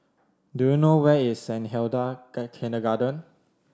do you know where is Saint Hilda Kindergarten